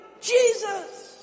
Jesus